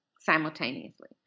simultaneously